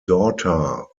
daughter